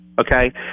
okay